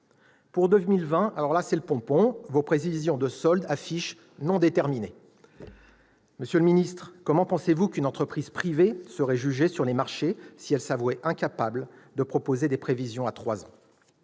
Pour 2020, c'est le « pompon »: vos prévisions de solde affichent « non déterminé ». Monsieur le ministre, comment pensez-vous qu'une entreprise privée serait jugée sur les marchés si elle s'avouait incapable de proposer des prévisions à trois ans ?